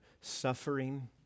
suffering